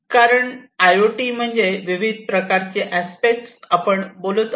कारण I O T म्हणजे विविध प्रकारचे अस्पेक्ट आपण बोलत असतो